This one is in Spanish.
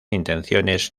intenciones